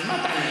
על מה תענה?